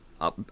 up